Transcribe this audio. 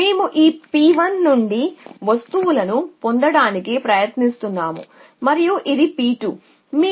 మేము ఈ P1 నుండి వస్తువులను పొందడానికి ప్రయత్నిస్తున్నాము మరియు ఇది P2